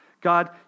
God